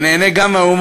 חברת הכנסת עזריה.